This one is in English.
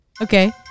Okay